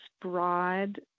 broad